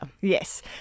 Yes